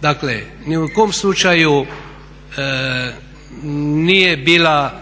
dakle ni u kom slučaju nije bila